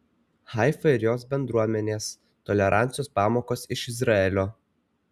haifa ir jos bendruomenės tolerancijos pamokos iš izraelio